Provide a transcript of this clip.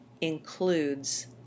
includes